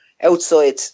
outside